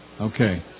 Okay